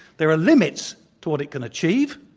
there are limits to what it can achieve.